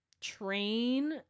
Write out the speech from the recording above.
train